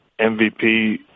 MVP